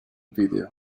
video